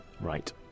Right